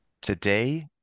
Today